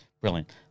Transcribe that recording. brilliant